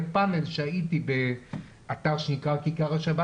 בפנל שהייתי באתר שנקרא כיכר השבת,